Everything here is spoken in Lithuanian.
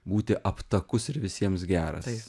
būti aptakus ir visiems geras